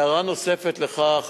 הערה נוספת לך,